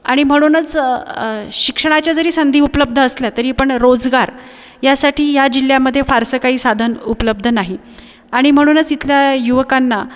आणि म्हणूनच शिक्षणाच्या जरी संधी उपलब्ध असल्या तरी पण रोजगार यासाठी या जिल्ह्यामध्ये फारसं काही साधन उपलब्ध नाही आणि म्हणूनच इथल्या युवकांना